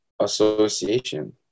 association